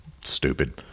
stupid